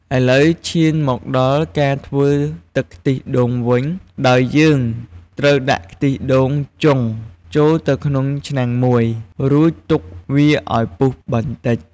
ឥឡូវ ឈានមកដល់ការធ្វើទឹកខ្ទិះដូងវិញ ដោយយើងត្រូវដាក់ខ្ទិះដូងចុងចូលទៅក្នុងឆ្នាំងមួយ រួចទុកវាឱ្យពុះបន្តិច។